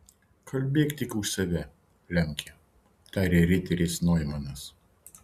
kalbėk tik už save lemke tarė riteris noimanas